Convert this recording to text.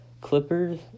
Clippers